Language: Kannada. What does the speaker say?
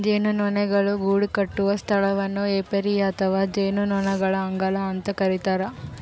ಜೇನುನೊಣಗಳು ಗೂಡುಕಟ್ಟುವ ಸ್ಥಳವನ್ನು ಏಪಿಯರಿ ಅಥವಾ ಜೇನುನೊಣಗಳ ಅಂಗಳ ಅಂತ ಕರಿತಾರ